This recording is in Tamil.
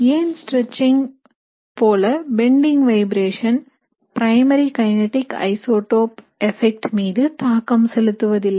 ஏன் ஸ்ட்ரெச்சிங் போல bending vibration primary kinetic isotope effect மீது தாக்கம் செலுத்துவதில்லை